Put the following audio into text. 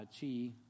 chi